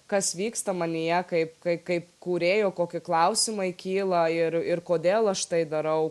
kas vyksta manyje kaip kai kaip kūrėjo koki klausimai kyla ir ir kodėl aš tai darau